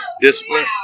discipline